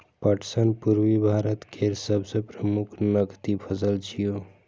पटसन पूर्वी भारत केर सबसं प्रमुख नकदी फसल छियै